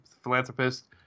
philanthropist